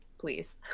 Please